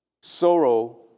sorrow